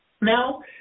Now